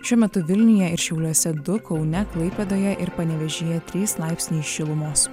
šiuo metu vilniuje ir šiauliuose du kaune klaipėdoje ir panevėžyje trys laipsniai šilumos